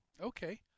Okay